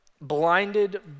blinded